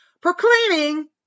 proclaiming